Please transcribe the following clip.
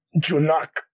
Junak